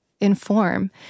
inform